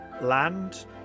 land